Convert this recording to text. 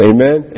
Amen